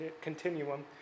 continuum